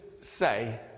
say